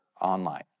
online